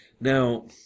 Now